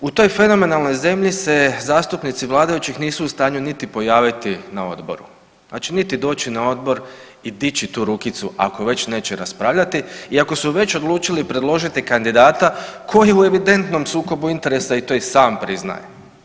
U toj fenomenalnoj zemlji se zastupnici vladajućih nisu u stanju niti pojaviti na odboru, znači niti doći na odbor i dići tu rukicu, ako već neće raspravljati i ako su već odlučili predložili kandidata koji je u evidentnom sukobu interesa i to i sam priznaje.